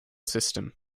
system